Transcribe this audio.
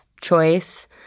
choice